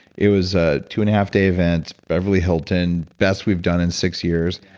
it was a two and a half day event, beverly hilton, best we've done in six years,